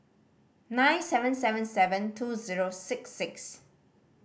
nine seven seven seven two zero six six